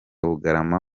bugarama